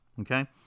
okay